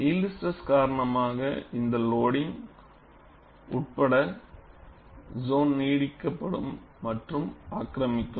எனவே yield stress காரணமாக இந்த லோடிங் உட்பட்ட சோன் நீட்டிக்கப்படும் மற்றும் ஆக்கிரமிக்கும்